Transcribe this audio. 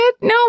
No